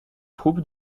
troupes